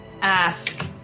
ask